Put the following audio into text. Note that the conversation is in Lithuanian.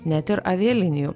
net ir avialinijų